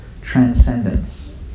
Transcendence